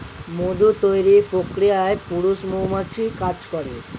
মধু তৈরির প্রক্রিয়ায় পুরুষ মৌমাছি কাজ করে